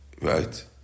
right